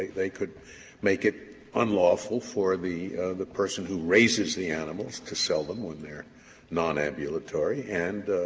they could make it unlawful for the the person who raises the animals to sell them when they are nonambulatory and